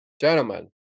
Gentlemen